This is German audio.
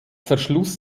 verschluss